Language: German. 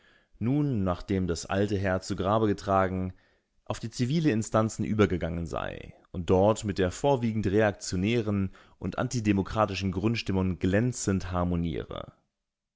nun nachdem das alte heer zu grabe getragen auf die zivilen instanzen übergegangen sei und dort mit der vorwiegend reaktionären und antidemokratischen grundstimmung glänzend harmoniere